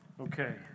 Okay